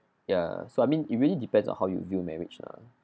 ya so I mean it really depends on how you view marriage lah